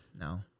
No